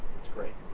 that's great.